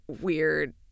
weird